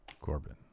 Corbin